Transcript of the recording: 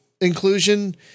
inclusion